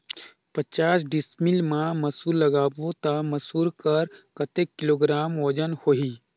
पचास डिसमिल मा मसुर लगाबो ता मसुर कर कतेक किलोग्राम वजन होही?